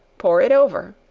pour it over.